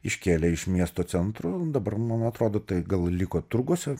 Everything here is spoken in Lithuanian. iškėlė iš miesto centro dabar man atrodo tai gal liko turguose